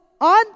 on